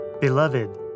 Beloved